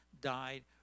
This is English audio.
died